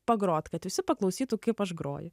pagrot kad visi paklausytų kaip aš groju